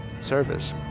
service